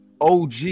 og